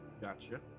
Gotcha